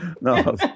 No